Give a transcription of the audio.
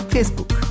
Facebook